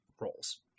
roles